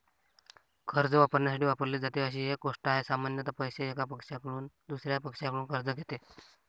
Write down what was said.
कर्ज वापरण्यासाठी वापरली जाते अशी एक गोष्ट आहे, सामान्यत पैसे, एका पक्षाकडून दुसर्या पक्षाकडून कर्ज घेते